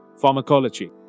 pharmacology